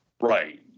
right